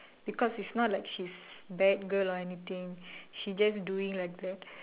because is not like she's bad girl or anything she just doing like that